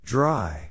Dry